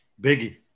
Biggie